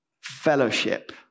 Fellowship